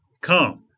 Come